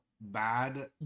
bad